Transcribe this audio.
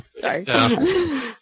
Sorry